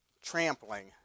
trampling